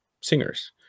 singers